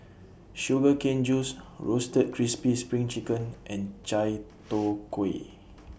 Sugar Cane Juice Roasted Crispy SPRING Chicken and Chai Tow Kway